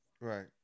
Right